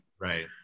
Right